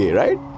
right